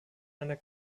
einer